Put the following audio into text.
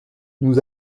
nous